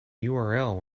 url